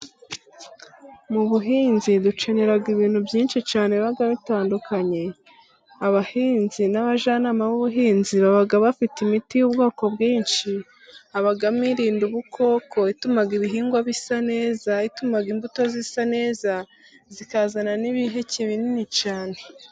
Mu buhinzi dukenera ibintu byinshi cyane biba bitandukanye abahinzi, n'abajyanama b'ubuhinzi baba bafite imiti y'ubwoko bwinshi, habamo irinda ubukoko, ituma ibihingwa bisa neza, itumaga imbuto zisa neza zikazana n'ibiheke binini cyane.